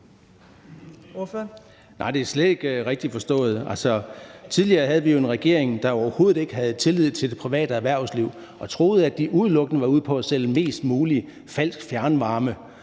Nej, det er slet ikke rigtigt forstået. Tidligere havde vi jo en regering, der overhovedet ikke havde tillid til det private erhvervsliv og troede, at de udelukkende var ude på at sælge mest mulig falsk fjernvarme